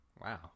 Wow